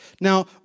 Now